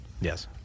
Yes